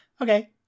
Okay